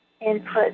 input